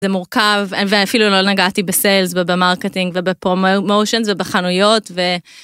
זה מורכב ואפילו לא נגעתי בסיילס ובמרקטינג וב promotions ובחנויות ו...